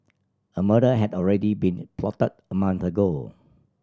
a murder had already been plotted a month ago